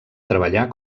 treballar